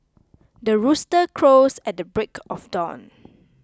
the rooster crows at the break of dawn